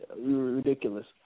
ridiculous